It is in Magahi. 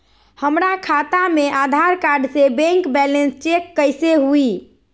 हमरा खाता में आधार कार्ड से बैंक बैलेंस चेक कैसे हुई?